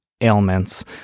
ailments